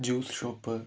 juice shop